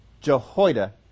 Jehoiada